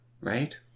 right